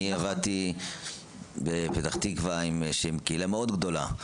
אני עבדתי בפתח תקווה עם קהילה מאוד גדולה,